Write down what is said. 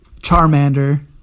Charmander